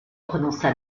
prononça